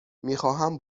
میخواهم